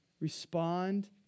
Respond